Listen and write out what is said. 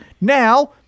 Now